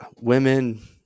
women